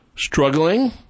struggling